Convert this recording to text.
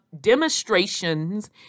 demonstrations